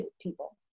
people